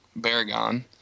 Baragon